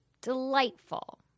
Delightful